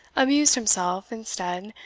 amused himself, instead,